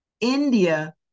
India